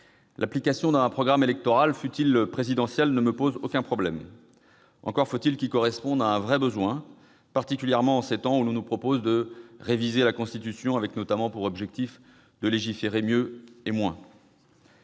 L'application d'un programme électoral, fût-il présidentiel, ne me pose aucun problème. Encore faut-il que cette application corresponde à un vrai besoin, particulièrement en ces temps où l'on nous propose de réviser la Constitution, avec pour objectif, notamment, de légiférer mieux et moins.